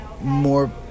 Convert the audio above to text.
more